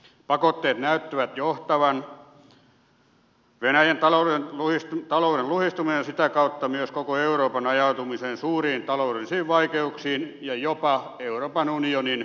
pakotteet näyttävät johtavan venäjän talouden luhistumiseen ja sitä kautta myös koko euroopan ajautumiseen suuriin taloudellisiin vaikeuksiin jopa euroopan unionin luhistumiseen